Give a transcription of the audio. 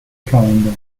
calendar